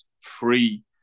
free